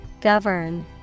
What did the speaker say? Govern